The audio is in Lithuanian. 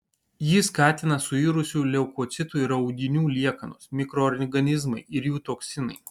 jį skatina suirusių leukocitų ir audinių liekanos mikroorganizmai ir jų toksinai